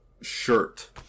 shirt